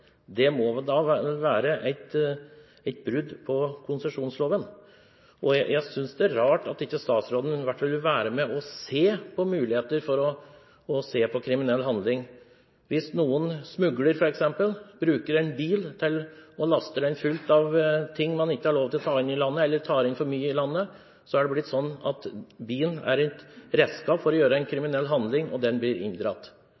Det må da være et brudd på konsesjonsloven. Jeg synes det er rart at ikke statsråden i hvert fall vil være med og se på muligheter for å ta tak i kriminell handling. Hvis noen f.eks. smugler, bruker en bil og laster den full av ting man ikke har lov til å ta inn i landet, eller tar inn for mye av det, er det blitt sånn at bilen er et redskap for å gjøre en